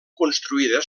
construïda